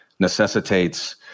necessitates